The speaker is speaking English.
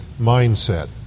mindset